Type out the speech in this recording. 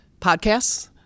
podcasts